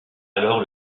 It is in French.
alors